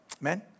Amen